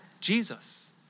Jesus